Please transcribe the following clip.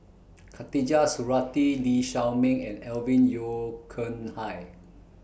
Khatijah Surattee Lee Shao Meng and Alvin Yeo Khirn Hai